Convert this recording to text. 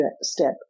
step